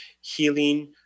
healing